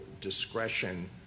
discretion